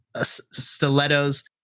stilettos